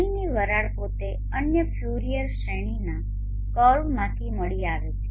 પાણીની વરાળ પોતે અન્ય ફ્યુરિયર શ્રેણીના કર્વમાંથી મળી આવે છે